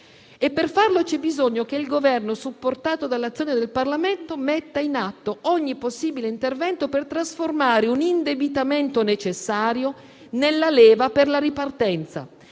e per farlo c'è necessità che il Governo, supportato dall'azione del Parlamento, metta in atto ogni possibile intervento per trasformare un indebitamento necessario nella leva per la ripartenza.